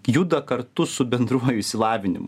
juda kartu su bendru išsilavinimu